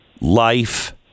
Life